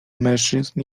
mężczyzn